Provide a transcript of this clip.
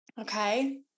Okay